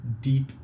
deep